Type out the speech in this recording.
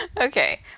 Okay